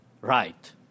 Right